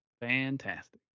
Fantastic